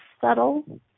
subtle